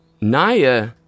Naya